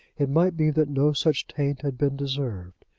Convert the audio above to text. it might be that no such taint had been deserved.